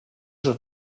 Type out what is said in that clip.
sus